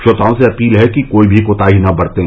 श्रोताओं से अपील है कि कोई भी कोताही न बरतें